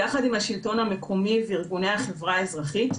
יחד עם השלטון המקומי וארגוני החברה האזרחית.